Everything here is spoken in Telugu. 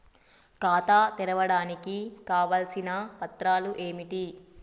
ఖాతా తెరవడానికి కావలసిన పత్రాలు ఏమిటి?